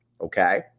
Okay